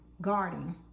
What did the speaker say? guarding